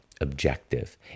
objective